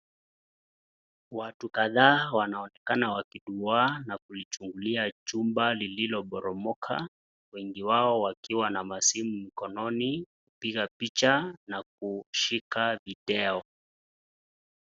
Watu kadhaa wanaonekana wakiduwaa na kuichungulia jumba lililoporomoka, wengi wao wakiwa na masimu mkononi kupiga picha na kushika video .